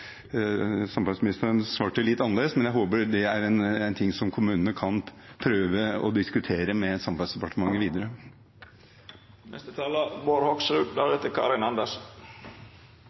samferdselsministeren svarte litt annerledes. Men jeg håper at det er en ting som kommunene kan prøve å diskutere videre med Samferdselsdepartementet.